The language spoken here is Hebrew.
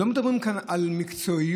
לא מדברים כאן על מקצועיות.